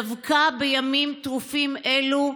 דווקא בימים טרופים אלה,